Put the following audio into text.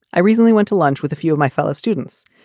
i recently went to lunch with a few of my fellow students.